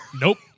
Nope